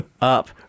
up